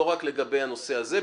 לא רק לגבי הנושא הזה,